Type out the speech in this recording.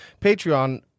Patreon